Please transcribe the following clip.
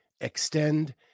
Extend